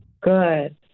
Good